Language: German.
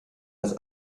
das